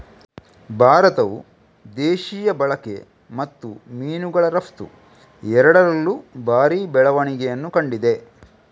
ಭಾರತವು ದೇಶೀಯ ಬಳಕೆ ಮತ್ತು ಮೀನುಗಳ ರಫ್ತು ಎರಡರಲ್ಲೂ ಭಾರಿ ಬೆಳವಣಿಗೆಯನ್ನು ಕಂಡಿದೆ